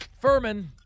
Furman